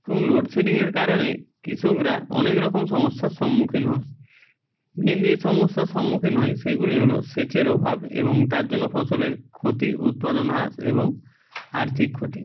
এবং লোডশেডিংয়ের কারণে কৃষকরা অনেক রকম সমস্যার সম্মুখীন হন মেন যেই সমস্যার সম্মুখীন হয় সেইগুলি হল সেচের অভাব এবং তার জন্য ফসলের ক্ষতি উৎপাদন হ্রাস এবং আর্থিক ক্ষতি